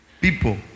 People